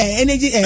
energy